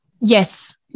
Yes